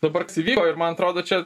dabar įvyko ir man atrodo čia